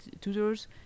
tutors